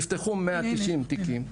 אז בשנת 2022 נפתחו 190 תיקים.